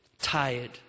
Tired